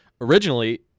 Originally –